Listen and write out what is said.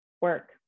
work